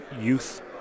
youth